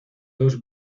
dos